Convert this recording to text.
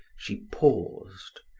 she paused.